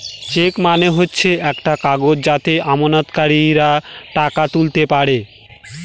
check মানে হচ্ছে একটা কাগজ যাতে আমানতকারীরা টাকা তুলতে পারে